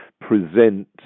present